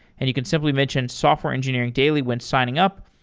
and you can simply mention software engineering daily when signing up.